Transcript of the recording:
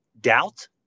doubt